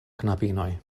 knabinoj